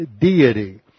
deity